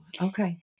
Okay